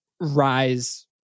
rise